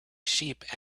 sheep